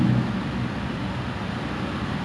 he confirm baring jer then after that just